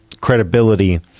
credibility